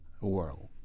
world